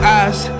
eyes